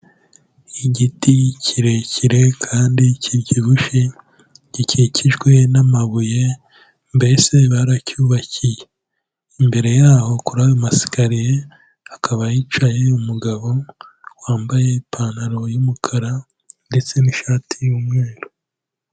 Igiti kirekire kandi kibyibushye gikikijwe n'amabuye mbese baracyubakiye, imbere yaho kuri ayo masikariye hakaba hicaye umugabo wambaye ipantaro y'umukara ndetse n'ishati y'umweru.